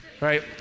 right